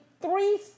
Three